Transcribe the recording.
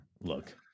Look